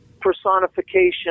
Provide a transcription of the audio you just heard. personification